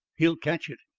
he'll catch it.